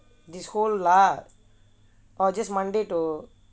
this hole lah or just monday to